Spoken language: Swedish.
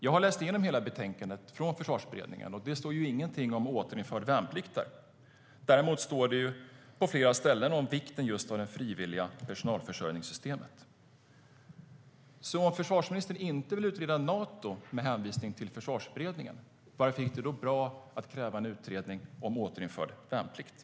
Jag har läst igenom hela betänkandet från Försvarsberedningen, och det står ingenting om återinförd värnplikt där. Däremot står det på flera ställen om vikten av det frivilliga personalförsörjningssystemet.